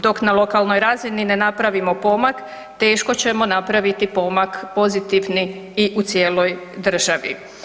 Dok na lokalnoj razini ne napravimo pomak teško ćemo napraviti pomak pozitivni i u cijeloj državi.